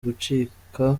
gucika